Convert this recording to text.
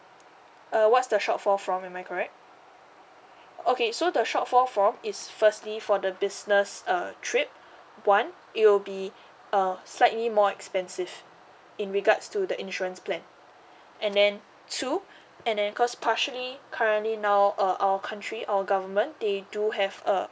uh what's the short four form am I correct okay so the short four form is firstly for the business uh trip one it will be uh slightly more expensive in regards to the insurance plan and then two and then cause partially currently now uh our country our government they do have a